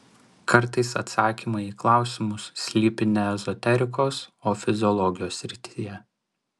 kartais atsakymai į klausimus slypi ne ezoterikos o fiziologijos srityje